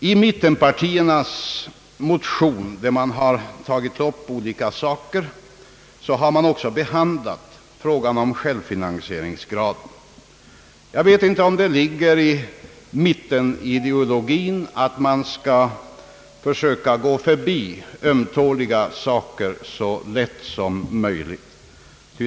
I mittenpartiernas motion, där man behandlar olika problem, har man också behandlat frågan om självfinansieringsgraden. Jag vet inte om det ligger i mittenideologin att man skall försöka gå förbi ömtåliga saker så lätt som möjligt.